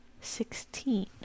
Sixteen